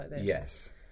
Yes